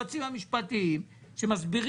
חבר הכנסת גפני, אני מקווה